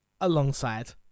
alongside